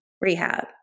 rehab